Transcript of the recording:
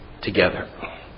together